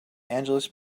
angeles